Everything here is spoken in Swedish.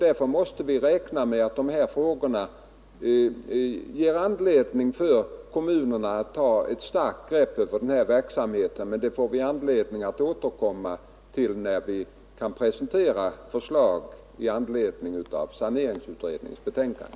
Därför måste vi räkna med att kommunerna har anledning att ta ett starkt grepp över verksamheten. Men det får vi tillfälle att återkomma till när vi kan presentera förslag i anledning av saneringsutred ningens betänkande.